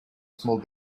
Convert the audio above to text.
small